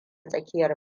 tsakiyar